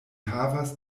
havas